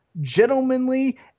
gentlemanly